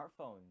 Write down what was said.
smartphones